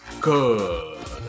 good